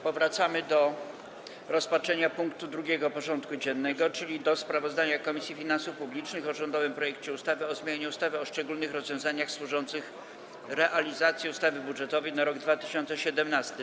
Powracamy do rozpatrzenia punktu 2. porządku dziennego: Sprawozdanie Komisji Finansów Publicznych o rządowym projekcie ustawy o zmianie ustawy o szczególnych rozwiązaniach służących realizacji ustawy budżetowej na rok 2017.